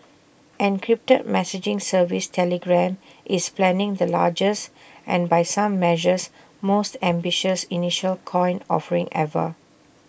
encrypted messaging service Telegram is planning the largest and by some measures most ambitious initial coin offering ever